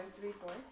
three-fourths